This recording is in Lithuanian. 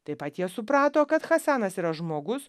taip pat jie suprato kad hasanas yra žmogus